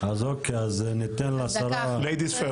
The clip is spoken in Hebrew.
ניתן לשרה.